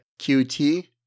QT